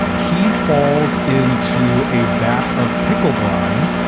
he falls into a vat of pickle brine,